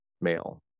male